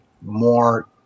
more